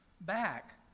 back